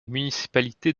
municipalités